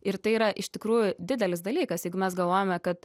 ir tai yra iš tikrųjų didelis dalykas jeigu mes galvojame kad